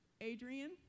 Adrian